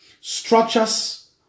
structures